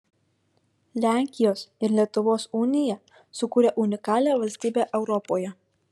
lenkijos ir lietuvos unija sukūrė unikalią valstybę europoje